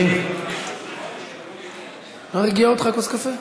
לא הרגיעה אותך כוס הקפה?